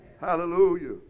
Hallelujah